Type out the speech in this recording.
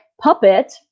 Puppet